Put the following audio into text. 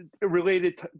related